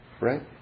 right